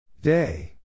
Day